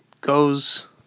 goes